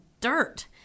dirt